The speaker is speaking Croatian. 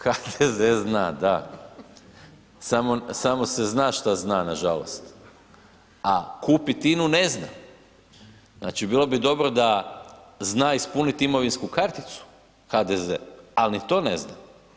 HDZ zna, da, samo se zna šta zna, nažalost, a kupit INU ne zna, znači bilo bi dobro da zna ispunit imovinsku karticu HDZ, al ni to ne zna.